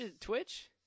Twitch